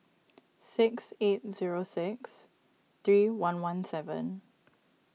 six eight zero six three one one seven